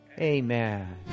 Amen